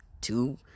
two